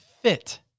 fit